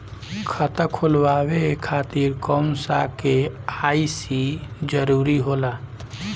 खाता खोलवाये खातिर कौन सा के.वाइ.सी जरूरी होला?